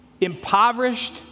impoverished